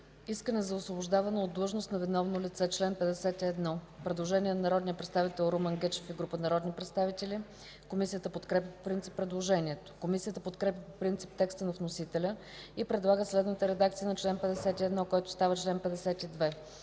„Искане за освобождаване от длъжност на виновно лице” – чл. 51. Предложение от народния представител Румен Гечев и група народни представители. Комисията подкрепя по принцип предложението. Комисията подкрепя по принцип текста на вносителя и предлага следната редакция на чл. 51, който става чл. 52: